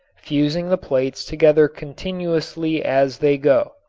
fusing the plates together continuously as they go.